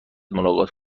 ملاقات